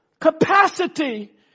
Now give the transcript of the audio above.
capacity